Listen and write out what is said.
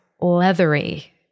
leathery